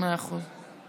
מאה אחוז.